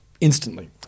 instantly